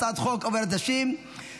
אני קובע כי הצעת חוק עבודת נשים (תיקון,